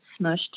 smushed